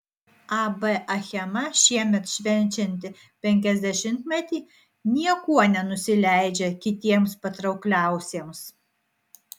ab achema šiemet švenčianti penkiasdešimtmetį niekuo nenusileidžia kitiems patraukliausiems